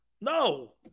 No